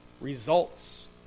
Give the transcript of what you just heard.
results